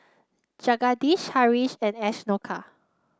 Jagadish Haresh and Ashoka